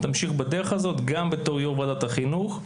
תמשיך בדרך הזאת גם בתור יושב-ראש ועדת החינוך.